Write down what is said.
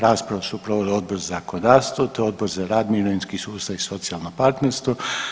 Raspravu su proveli Odbor za zakonodavstvo, te Odbor za rad, mirovinski sustav i socijalno partnerstvo.